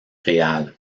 réal